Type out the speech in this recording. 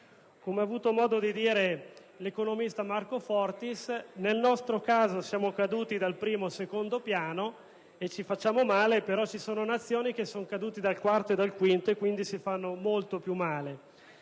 Come ha avuto modo di dire l'economista Marco Fortis, nel nostro caso siamo caduti dal primo o dal secondo piano, e comunque ci facciamo male, però altre Nazioni sono cadute dal quarto o dal quinto piano, e dunque si fanno molto più male.